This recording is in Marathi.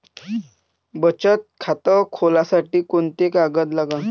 बचत खात खोलासाठी कोंते कागद लागन?